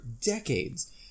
decades